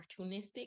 opportunistic